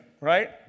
right